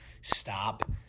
Stop